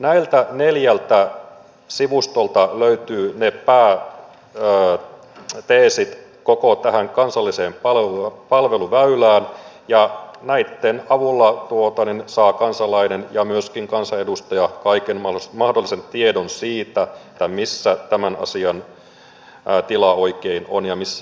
näiltä neljältä sivustolta löytyvät ne pääteesit koko tähän kansalliseen palveluväylään ja näitten avulla kansalainen ja myöskin kansanedustaja saa kaiken mahdollisen tiedon siitä mikä tämän asiain tila oikein on ja missä ollaan menossa